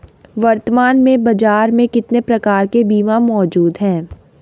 वर्तमान में बाज़ार में कितने प्रकार के बीमा मौजूद हैं?